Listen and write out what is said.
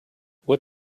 what